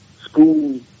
school